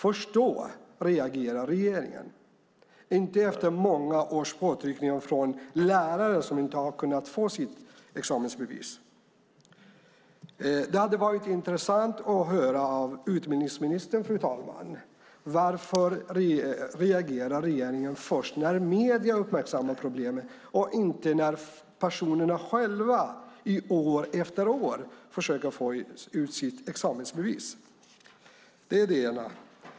Först då reagerade regeringen - inte efter många års påtryckningar från lärare som inte har kunnat få ut sitt examensbevis. Det hade, fru talman, varit intressant att få höra från utbildningsministern varför regeringen reagerar först när medierna uppmärksammar problemet och inte när personerna själva år efter år försöker få ut sitt examensbevis. Det är det ena.